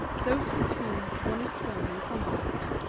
those with whom one is thrown in contact.